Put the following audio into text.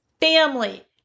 family